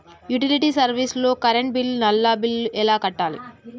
Utility service లో current bill, నల్లా bill ఎలా కట్టాలి?